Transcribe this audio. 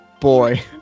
boy